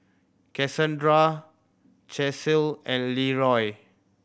Cassondra Chelsey and Leeroy